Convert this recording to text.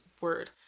word